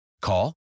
Call